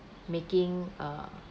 making a